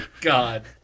God